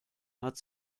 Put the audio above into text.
hat